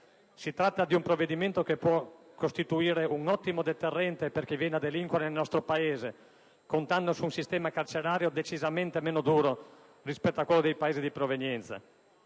Si tratta di un provvedimento che può costituire un ottimo deterrente per chi viene a delinquere nel nostro Paese, contando su un sistema carcerario decisamente meno duro rispetto a quello dei Paesi di provenienza.